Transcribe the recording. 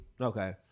Okay